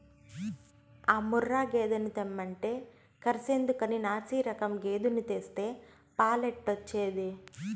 ఆ ముర్రా గేదెను తెమ్మంటే కర్సెందుకని నాశిరకం గేదెను తెస్తే పాలెట్టొచ్చేది